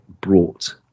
brought